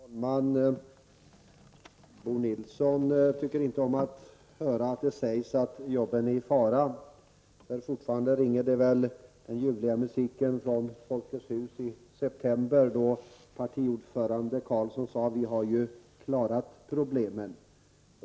Herr talman! Bo Nilsson tycker inte om att höra att det sägs att jobben är i fara. Den ljuvliga musiken ringer väl fortfarande från Folkets hus i september då partiordförande Carlsson sade: Vi har klarat problemen.